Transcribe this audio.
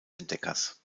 entdeckers